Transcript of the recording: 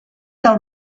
del